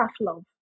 love